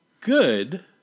good